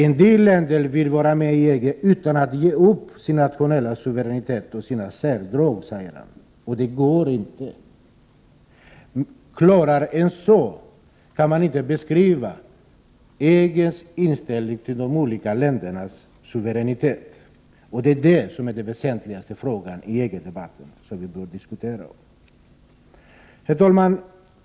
En del länder vill vara med i EG utan att ge upp sin nationella suveränitet och sina särdrag, säger hon, och det går inte. Klarare än så kan man inte beskriva EG:s inställning till de olika ländernas suveränitet. Detta är den väsentligaste frågan i EG-debatten och den fråga vi bör diskutera. Herr talman!